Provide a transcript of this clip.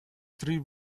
tree